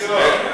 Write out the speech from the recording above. ה"ניקס".